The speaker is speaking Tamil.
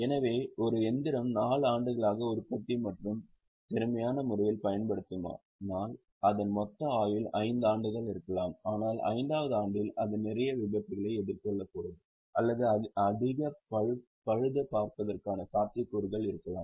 எனவே ஒரு இயந்திரம் 4 ஆண்டுகளாக உற்பத்தி மற்றும் திறமையான முறையில் பயன்படுத்தப்படுமானால் அதன் மொத்த ஆயுள் 5 ஆண்டுகள் இருக்கலாம் ஆனால் 5 வது ஆண்டில் அது நிறைய விபத்துக்களை எதிர்கொள்ளக்கூடும் அல்லது அதிக பழுதுபார்ப்பதற்கான சாத்தியக்கூறுகள் இருக்கலாம்